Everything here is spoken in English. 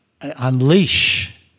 unleash